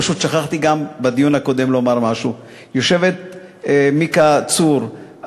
פשוט שכחתי גם בדיון הקודם לומר משהו: יושבת מיקה צור,